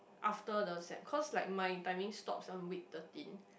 after the sem cause like my timing stop some week thirteen